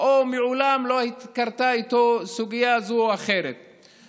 או מעולם לא קרתה איתו סוגיה זו או אחרת,